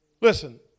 Listen